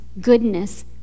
goodness